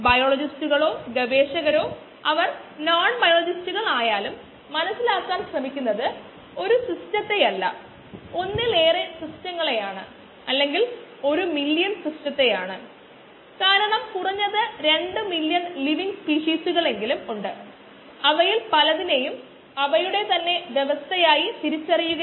volume ഒരു constant ആണെകിൽ അത് കാലത്തിനനുസരിച്ച് മാറാൻ പോകുന്നില്ല അതിനാൽ ഈ ഡെറിവേറ്റീവിൽ നിന്ന് V ഇവിടെ കോൺസ്റ്റന്റ് ആയി പുറത്തെടുക്കാൻ കഴിയും അതിനാൽ ഇത് V തവണ dx dt ആയി മാറുന്നു